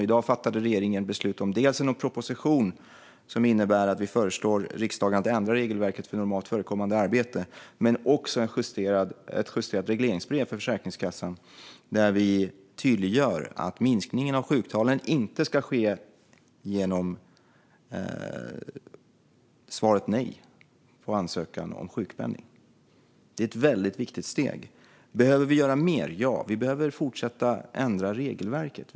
I dag fattade regeringen beslut om dels en proposition som innebär att vi föreslår riksdagen att ändra regelverket för normalt förekommande arbete, dels ett justerat regleringsbrev för Försäkringskassan, där vi tydliggör att minskningen av sjuktalen inte ska ske genom svaret "nej" på ansökan om sjukpenning. Det är ett väldigt viktigt steg. Behöver vi göra mer? Ja, vi behöver fortsätta ändra regelverket.